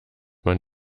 man